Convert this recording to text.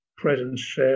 Presence